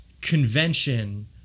convention